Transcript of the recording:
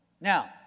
Now